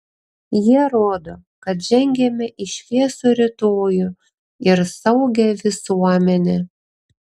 jie rodo kad žengiame į šviesų rytojų ir saugią visuomenę